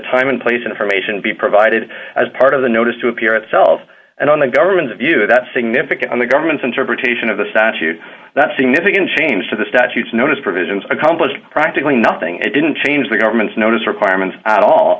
time and place information to be provided as part of the notice to appear at so and on the government's view that significant on the government's interpretation of the statute that significant change to the statutes notice provisions accomplish practically nothing it didn't change the government's notice requirements at all